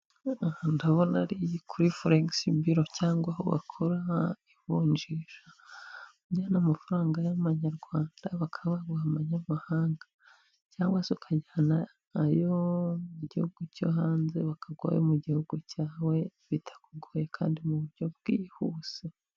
Ndabona ari kuri foresi biro cyangwa aho bakora ivunjisha ry'amafaranga y'abamanyarwanda bakaba baguha amanyamahanga cyangwa se ukajyana ayo mu gihugu cyo hanze bakagwa mu gihugu cyawe bitakugoye kandi mu buryo bwihuse.